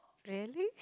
really